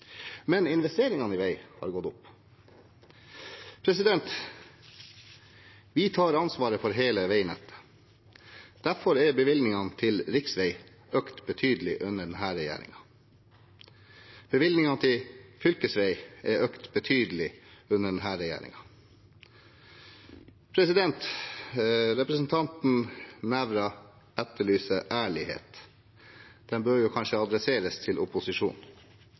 men investeringene i vei har gått opp. Vi tar ansvaret for hele veinettet. Derfor er bevilgningene til riksveier økt betydelig under denne regjeringen. Bevilgningene til fylkesveier er også økt betydelig under denne regjeringen. Representanten Nævra etterlyser ærlighet. Den bør kanskje adresseres til